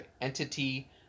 entity